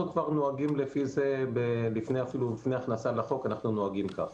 כבר לפני ההכנסה לחוק אנחנו נוהגים כך.